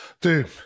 Dude